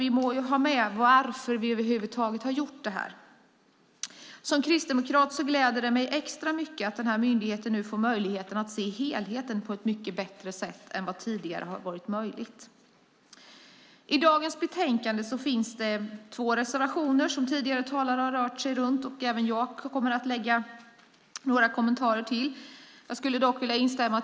Vi måste ha med varför vi över huvud taget har gjort detta. Som kristdemokrat gläder det mig extra mycket att den nya myndigheten får möjlighet att se helheten på ett bättre sätt än vad som tidigare varit möjligt. I betänkandet finns två reservationer som tidigare talare berört och som även jag kommer att kommentera.